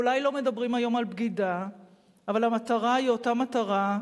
ואולי לא מדברים היום על בגידה אבל המטרה היא אותה מטרה: